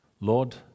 Lord